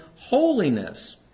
holiness